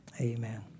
amen